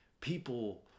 people